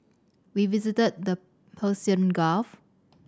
we visited the Persian Gulf